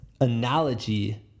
analogy